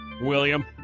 William